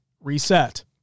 reset